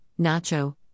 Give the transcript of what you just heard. Nacho